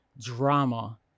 drama